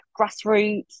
grassroots